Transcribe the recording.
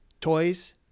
toys